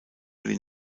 den